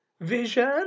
Vision